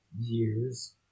years